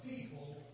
people